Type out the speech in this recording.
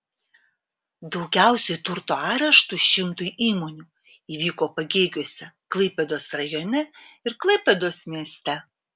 daugiausiai turto areštų šimtui įmonių įvyko pagėgiuose klaipėdos rajone ir klaipėdos mieste